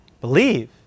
Believe